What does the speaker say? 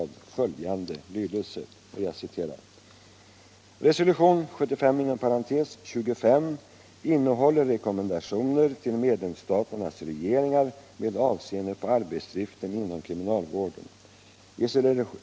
I regeringens skrivelse heter det: ”Resolution 25 innehåller rekommendationer till medlemsstaternas regeringar med avseende på arbetsdriften inom kriminalvården.